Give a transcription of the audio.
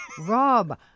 Rob